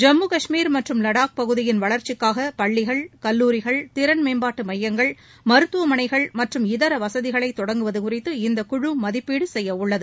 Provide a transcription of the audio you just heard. ஜம்மு காஷ்மீர் மற்றும் லடாக் பகுதியின் வளர்ச்சிக்காக பள்ளிகள் கல்லூரிகள் திறன்மேம்பாட்டு மையங்கள் மருத்துவமனைகள் மற்றும் இதர வகதிகளை தொடங்குவது குறித்து இக்குழு மதிப்பீடு செய்யவுள்ளது